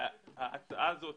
ההצעה הזאת